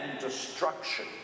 destruction